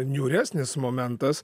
niūresnis momentas